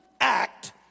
act